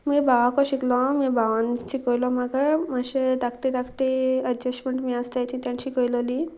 मुगे भावाको शिकलो हांव भावान शिकयलो म्हाका मात्शें धाकटें धाकटें एडजस्टमेंट बी आसताय तेणें ते शिकयलेली